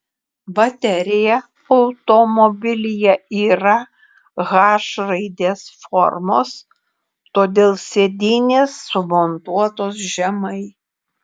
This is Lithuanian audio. baterija automobilyje yra h raidės formos todėl sėdynės sumontuotos žemai